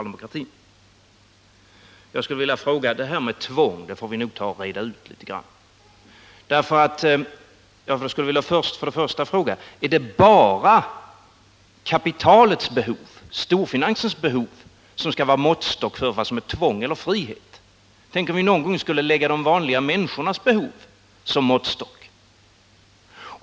Detta med tvång får vi nog reda ut litet. Först vill jag fråga: Är det bara kapitalets behov, storfinansens behov som skall vara en måttstock för vad som är tvång eller frihet? Tänk om vi någon gång skulle ha de vanliga människornas behov som måttstock!